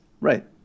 Right